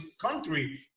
country